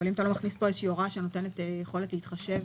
אתה לא מכניס פה הוראה שנותנת יכולת להתחשב.